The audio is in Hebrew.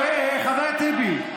החבר טיבי.